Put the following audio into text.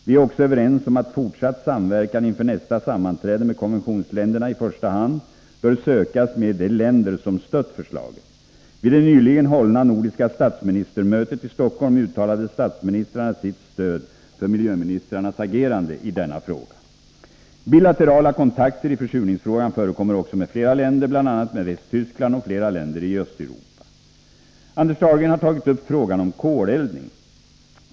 Vi är också överens om att fortsatt samverkan inför nästa sammanträde med konventionsländerna i första hand bör sökas med de länder som stött förslaget. Vid det nyligen hållna nordiska statsministermötet i Stockholm uttalade statsministrarna sitt stöd för miljöministrarnas agerande i denna fråga. Bilaterala kontakter i försurningsfrågan förekommer också med flera länder, bl.a. med Västttyskland och flera länder i Östeuropa. Anders Dahlgren har tagit upp frågan om koleldning.